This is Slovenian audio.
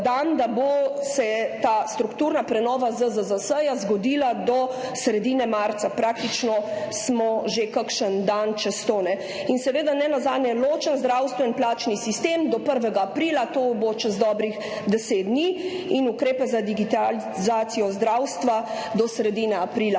da se bo ta strukturna prenova ZZZS zgodila do sredine marca, praktično smo že kakšen dan čez to, in seveda, nenazadnje, ločen zdravstveni plačni sistem do 1. aprila, to bo čez dobrih 10 dni, ter ukrepi za digitalizacijo zdravstva do sredine aprila.